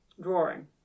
Drawing